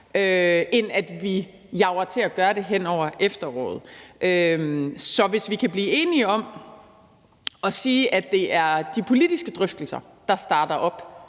end at vi jager til at gøre det hen over efteråret. Så hvis vi kan blive enige om at sige, at det er de politiske drøftelser, der starter op